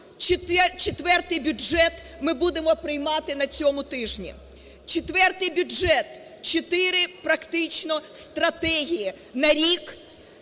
четвертий бюджет ми будемо приймати на цьому тижні. Четвертий бюджет, чотири практично стратегії на рік